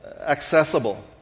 accessible